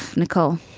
nicole.